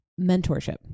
mentorship